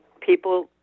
people